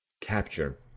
capture